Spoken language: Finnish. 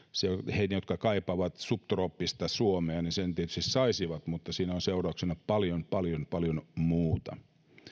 he jotka kaipaavat subtrooppista suomea sen tietysti saisivat mutta siinä on seurauksena paljon paljon paljon muuta